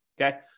Okay